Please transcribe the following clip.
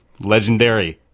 Legendary